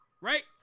right